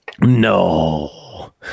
No